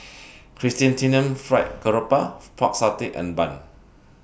Chrysanthemum Fried Garoupa Pork Satay and Bun